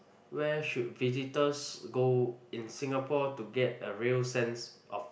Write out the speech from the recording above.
where should visitors go in Singapore to get a real sense of